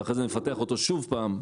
ואחרי זה נפתח אותו שוב פעם,